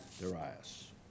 Darius